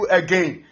again